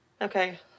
Okay